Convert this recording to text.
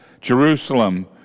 Jerusalem